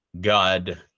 god